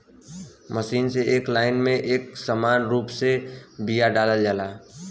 machine से एक line में एक समान रूप से बिया डालल जाला